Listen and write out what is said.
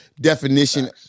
definition